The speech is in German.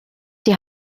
die